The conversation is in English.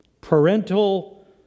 Parental